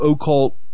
occult